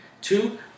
Two